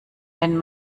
wenn